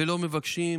ולא מבקשים